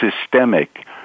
systemic